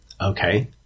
Okay